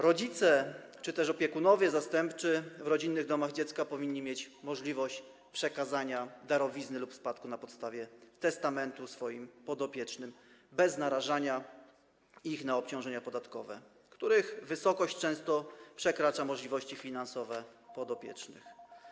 Rodzice czy też opiekunowie zastępczy w rodzinnych domach dziecka powinni mieć możliwość przekazania darowizny lub spadku na podstawie testamentu swoim podopiecznym bez narażania ich na obciążenia podatkowe, których wysokość często przekracza możliwości finansowe tych podopiecznych.